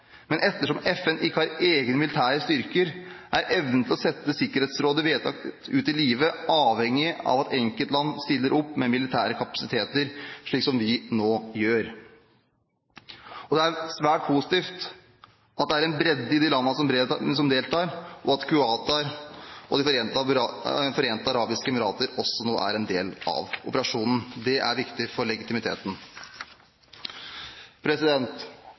Men ettersom FN ikke har egne militære styrker, er evnen til å sette Sikkerhetsrådets vedtak ut i livet avhengig av at enkeltland stiller opp med militære kapasiteter, slik som vi nå gjør. Det er svært positivt at det er en bredde i de landene som deltar, og at Qatar og De forente arabiske emirater også nå er en del av operasjonen. Det er viktig for legitimiteten.